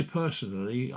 personally